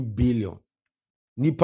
billion